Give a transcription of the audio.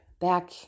back